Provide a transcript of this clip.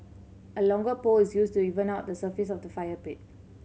a longer pole is used to even out the surface of the fire pit